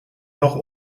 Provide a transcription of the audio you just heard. noch